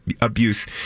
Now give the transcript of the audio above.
abuse